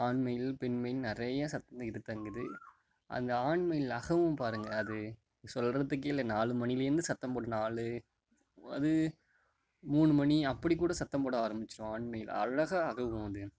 ஆண் மயில் பெண் மயில் நிறைய தங்குது அந்த ஆண் மயில் அகவும் பாருங்கள் அது சொல்லுறத்துக்கே இல்லை நாலுமணிலர்ந்து சத்தம்போடும் நாலு அது மூணு மணி அப்படிக்கூட சத்தம் போட ஆரமிச்சிரும் ஆண் மயில் அழகாக அகவும் அது